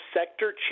sector